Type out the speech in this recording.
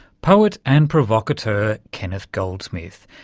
poet and provocateur kenneth goldsmith.